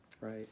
right